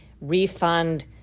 refund